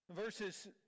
Verses